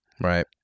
Right